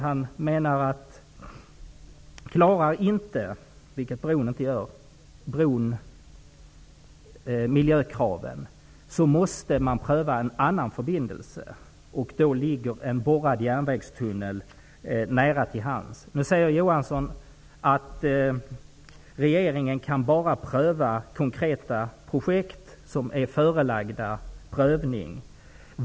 Han säger där att en annan förbindelse måste prövas, om inte bron klarar miljökraven -- vilket bron inte gör. Då ligger en borrad järnvägstunnel nära till hands. Olof Johansson säger i sitt svar att regeringen bara kan pröva konkreta projekt som är förelagda prövning.